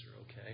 okay